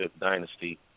Dynasty